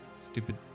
stupid